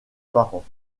parents